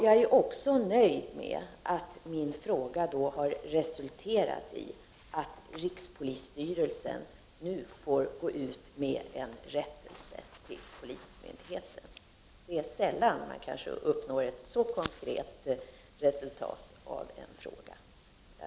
Jag är också nöjd med att min fråga har resulterat i att rikspolisstyrelsen nu får gå ut med en rättelse till polismyndigheten. Det är sällan man uppnår ett så konkret resultat av en fråga.